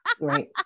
Right